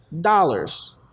dollars